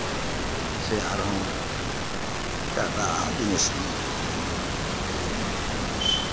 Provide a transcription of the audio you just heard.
ᱥᱮ ᱟᱨᱦᱚᱸ ᱮᱴᱟᱜᱼᱮᱴᱟᱜ ᱟᱜ ᱡᱤᱱᱤᱥ